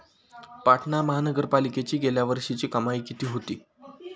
पाटणा महानगरपालिकेची गेल्या वर्षीची कमाई किती होती?